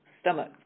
stomach